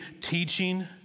teaching